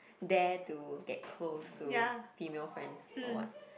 dare to get close to female friends or what